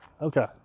okay